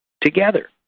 together